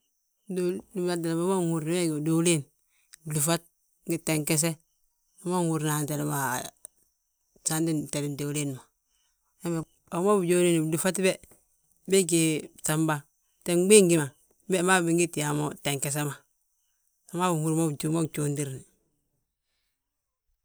Wi ma nhúrni wee gí diwiliin, blúfat, ngi tengese, wi ma nhúrna a wéntele ma, saanti wentele diwiliin ma. A wi ma bijóodini blúfat be, be gí bsamba, te gbii gí ma ge, gmaagi bingiti yaa mo tengese ma, wi ma a wi maa gjoondire.